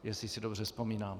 Jestli si dobře vzpomínám.